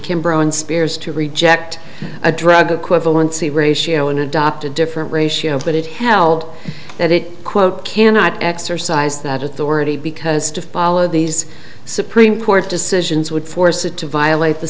kimbrough and spears to reject a drug acquittal in c ratio and adopt a different ratio but it held that it quote cannot exercise that authority because to follow these supreme court decisions would force it to violate the